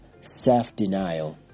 self-denial